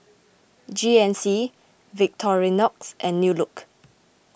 G N C Victorinox and New Look